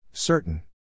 Certain